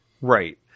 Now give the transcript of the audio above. Right